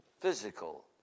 physical